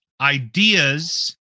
ideas